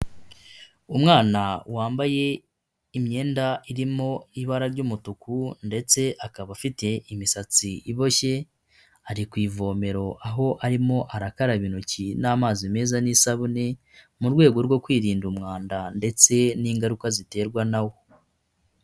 Umwana wambaye imyenda irimo ibara ry'umutuku ndetse akaba afite imisatsi iboshye, ari ku ivomero aho arimo arakaraba intoki n'amazi meza n'isabune, mu rwego rwo kwirinda umwanda ndetse n'ingaruka ziterwa na wo.